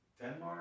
Denmark